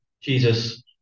Jesus